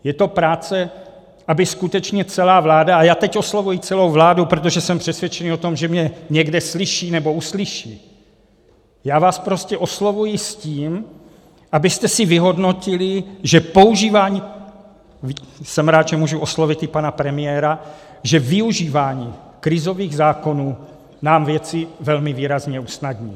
Je to práce, aby skutečně celá vláda a já teď oslovuji celou vládu, protože jsem přesvědčený o tom, že mě někde slyší nebo uslyší, já vás prostě oslovuji s tím, abyste si vyhodnotili, že používání jsem rád, že můžu oslovit i pana premiéra že využívání krizových zákonů nám věci velmi výrazně usnadní.